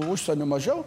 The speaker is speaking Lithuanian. užsienio mažiau